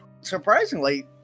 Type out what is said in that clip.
surprisingly